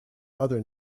other